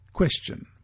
Question